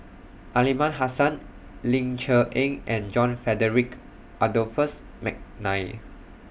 Aliman Hassan Ling Cher Eng and John Frederick Adolphus Mcnair